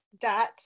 dot